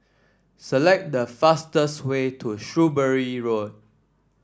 select the fastest way to Shrewsbury Road